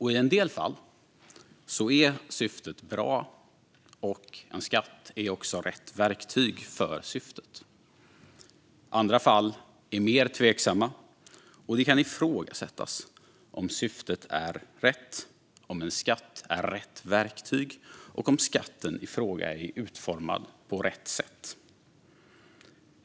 I en del fall är syftet bra och en skatt också rätt verktyg för syftet. Andra fall är mer tveksamma, och det kan ifrågasättas om syftet är rätt, om en skatt är rätt verktyg och om skatten i fråga är utformad på rätt sätt.